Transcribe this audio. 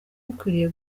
bikwiye